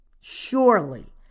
Surely